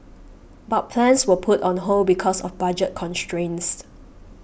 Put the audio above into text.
but plans were put on hold because of budget constraints